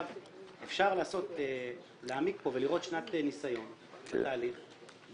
אפשר להעמיק פה ולראות שנת ניסיון בתהליך --- צחי,